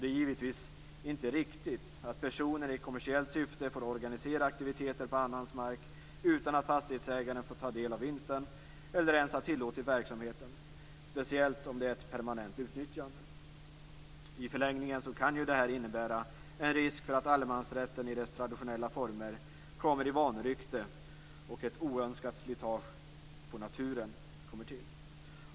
Det är givetvis inte riktigt att personer i kommersiellt syfte får organisera aktiviteter på annans mark utan att fastighetsägaren får ta del av vinsten eller ens har tillåtit verksamheten, speciellt som det är ett permanent utnyttjande. I förlängningen kan detta innebära en risk för att allemansrätten i dess traditionella former kommer i vanrykte och ett oönskat slitage på naturen.